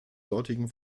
dortigen